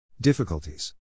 Difficulties